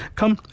come